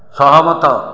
ସହମତ